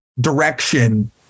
direction